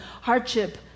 hardship